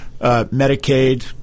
Medicaid